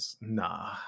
Nah